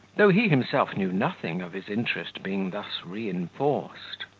though he himself knew nothing of his interest being thus reinforced.